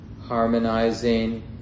harmonizing